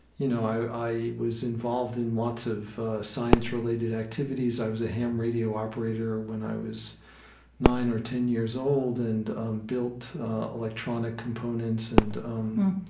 you know, i was involved in lots of science-related activities. i was a ham radio operator when i was nine or ten years old and built electronic components and um